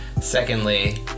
Secondly